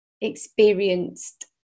experienced